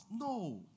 No